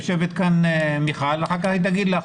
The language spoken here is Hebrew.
יושבת כאן מיכל ואחר כך היא תגיד לך.